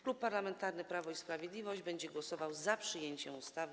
Klub Parlamentarny Prawo i Sprawiedliwość będzie głosował za przyjęciem ustawy.